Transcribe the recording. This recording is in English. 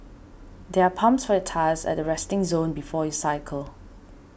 there are pumps for your tyres at the resting zone before you cycle